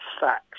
facts